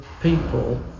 people